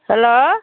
hello